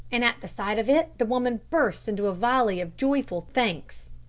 and at the sight of it the woman burst into a volley of joyful thanks.